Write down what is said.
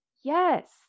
Yes